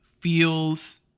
feels